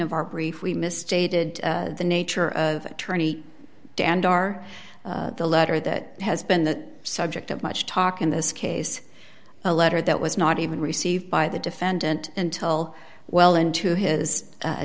our brief we misstated the nature of attorney dand are the letter that has been the subject of much talk in this case a letter that was not even received by the defendant until well into his